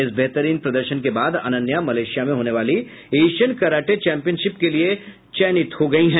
इस बेहतरीन प्रदर्शन के बाद अनन्या मलेशिया में होने वाली एशियन कराटे चैंपियनशिप के लिये चयनित हो गयी हैं